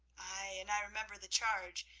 ay, and i remember the charge,